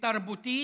ותרבותית